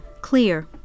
clear